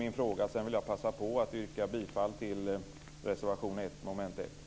Sedan vill jag passa på att yrka bifall till reservation 1 under mom. 1.